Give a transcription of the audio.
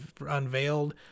unveiled